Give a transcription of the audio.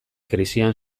krisian